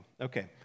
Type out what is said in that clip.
Okay